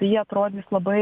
tai jie atrodys labai